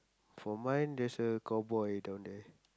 for mine there's a cowboy down there